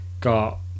got